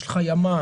יש לך ימ"מ,